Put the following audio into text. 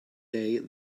day